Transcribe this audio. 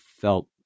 felt